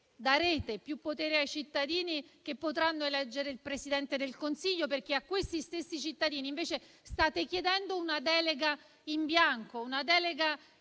darete più potere ai cittadini che potranno eleggere il Presidente del Consiglio, perché a questi stessi cittadini invece state chiedendo una delega in bianco, che